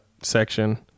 section